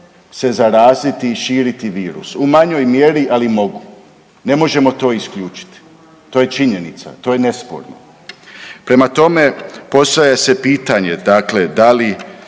se zaraziti i širiti virus, u manjoj mjeri, ali mogu, ne možemo to isključiti, to je činjenica, to je nesporno. Prema tome, postavlja se pitanje, dakle da li